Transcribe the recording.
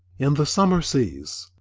in the summer seas,